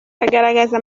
agaragaza